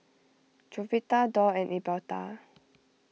Jovita Dorr and Elberta